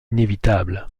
inévitables